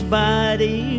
body